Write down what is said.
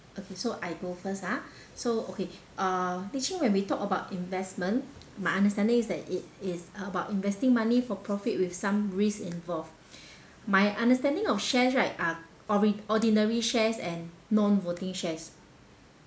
okay so I go first ah so okay uh li ching when we talk about investment my understanding is that it is about investing money for profit with some risk involved my understanding of shares right uh ori~ ordinary shares and non voting shares